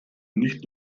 nicht